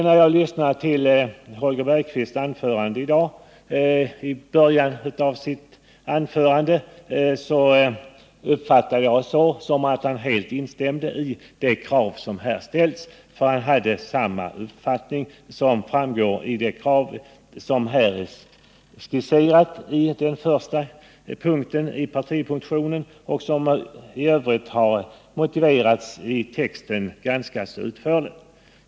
När jag lyssnade till början av Holger Bergqvists anförande i dag uppfattade jag det så att han helt instämde i det krav som här har ställts. Han hade samma uppfattning som framgår av det krav som är skisserat i den första punkten i partimotionen och som i övrigt har motiverats ganska utförligt i texten.